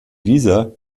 dieser